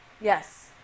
Yes